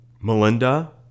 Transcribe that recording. Melinda